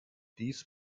dies